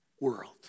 world